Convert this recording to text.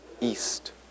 east